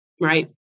Right